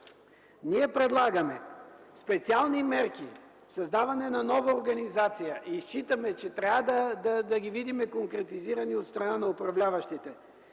Ние предлагаме специални мерки – създаване на нова организация, и считаме, че трябва да ги видим конкретизирани от страна на управляващите,